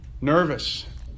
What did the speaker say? nervous